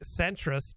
centrist